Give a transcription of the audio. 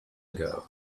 ago